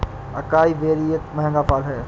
acai berry एक महंगा फल है